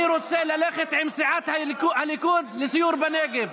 אני רוצה ללכת עם סיעת הליכוד לסיור בנגב,